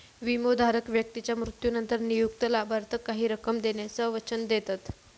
विमोधारक व्यक्तीच्या मृत्यूनंतर नियुक्त लाभार्थाक काही रक्कम देण्याचा वचन देतत